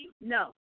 No